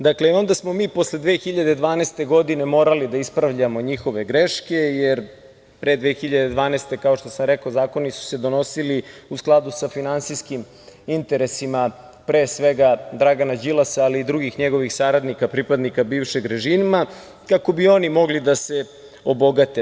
Dakle, i onda smo mi posle 2012. godine morali da ispravljamo njihove greške, jer pre 2012. godine, kao što sam rekao, zakoni su se donosili u skladu sa finansijskim interesima, pre svega, Dragana Đilasa, ali i drugih njegovih saradnika, pripadnika bivšeg režima, kako bi oni mogli da se obogate.